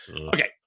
Okay